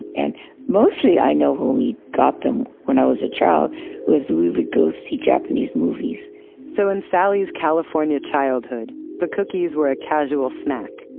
and mostly i know when we got them when i was a child was, we would go see japanese movies so in sally's california childhood, the cookies were a casual snack.